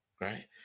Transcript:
right